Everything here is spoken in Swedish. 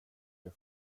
jag